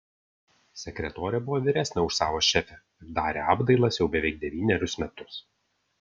sekretorė buvo vyresnė už savo šefę ir darė apdailas jau beveik devynerius metus